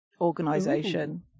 organization